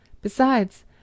Besides